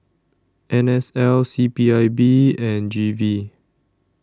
N S L C P I B and G V